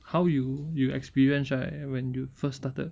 how you you experience right when you first started